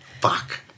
Fuck